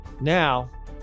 Now